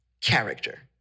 character